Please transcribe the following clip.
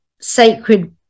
sacred